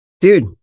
Dude